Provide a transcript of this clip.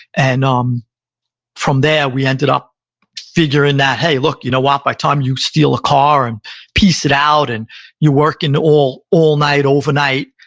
and um from there we ended up figuring that hey, look, you know what? by the time you steal a car and piece it out and you're working all all night overnight,